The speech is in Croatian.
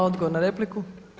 Odgovor na repliku.